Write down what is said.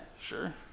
sure